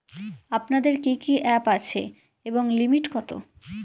আপনাদের কি কি অ্যাপ আছে এবং লিমিট কত?